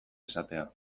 esatea